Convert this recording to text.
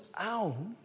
out